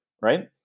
right